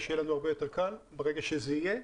שיהיה לנו הרבה יותר קל ברגע שזה יהיה.